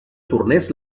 tornés